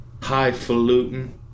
highfalutin